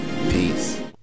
Peace